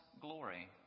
glory